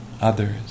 others